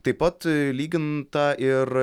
taip pat lyginta ir